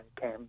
came